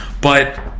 But-